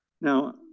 Now